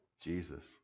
Jesus